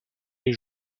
les